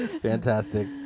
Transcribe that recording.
fantastic